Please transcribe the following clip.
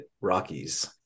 Rockies